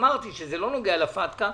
שאמרתי שזה לא נוגע לפטקא,